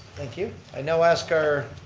thank you. i now ask our